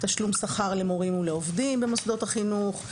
תשלום שכר למורים ולעובדים במוסדות החינוך,